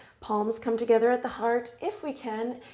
palms come together at the heart if we can.